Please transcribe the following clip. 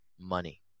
money